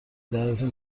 دردتون